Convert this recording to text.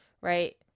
right